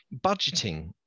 budgeting